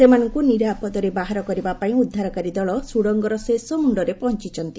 ସେମାନଙ୍କୁ ନିରାପଦରେ ବାହାର କରିବା ପାଇଁ ଉଦ୍ଧାରକାରୀ ଦଳ ସୁଡ଼ଙ୍ଗର ଶେଷ ମୁଣ୍ଡରେ ପହଞ୍ଚିଛନ୍ତି